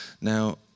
now